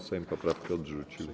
Sejm poprawki odrzucił.